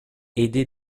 aidé